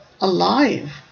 alive